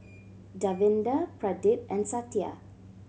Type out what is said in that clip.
Davinder Pradip and Satya